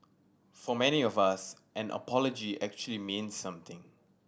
for many of us an apology actually means something